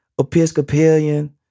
Episcopalian